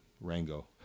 Rango